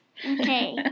Okay